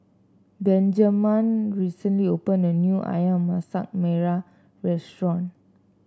Benjaman recently opened a new ayam Masak Merah Restaurant